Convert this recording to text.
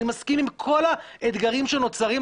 אני מסכים עם כל האתגרים שנוצרים,